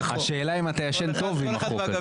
השאלה אם אתה ישן טוב עם החוק.